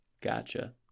Gotcha